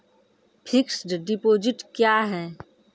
Fixed deposit क्या हैं?